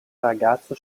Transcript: ragazzo